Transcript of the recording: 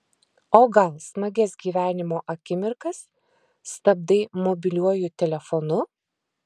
o gal smagias gyvenimo akimirkas stabdai mobiliuoju telefonu